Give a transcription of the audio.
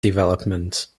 development